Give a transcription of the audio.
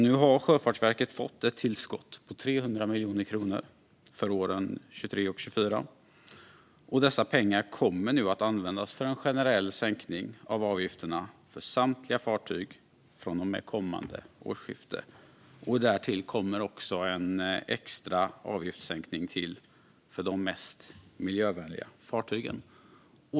Nu har Sjöfartsverket fått ett tillskott på 300 miljoner kronor för åren 2023 och 2024, och dessa pengar kommer att användas för en generell sänkning av avgifterna för samtliga fartyg från och med kommande årsskifte. Därtill kommer också en extra avgiftssänkning för de mest miljövänliga fartygen.